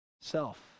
self